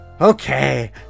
Okay